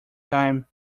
time